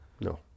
No